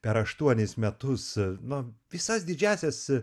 per aštuonis metus nu visas didžiąsias